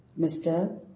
Mr